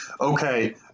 okay